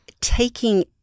Taking